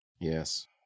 Yes